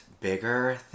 bigger